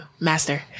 master